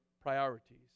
priorities